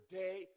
day